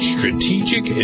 Strategic